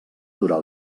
durar